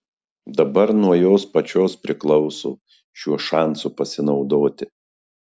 dabar nuo jos pačios priklauso šiuo šansu pasinaudoti